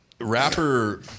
Rapper